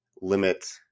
limit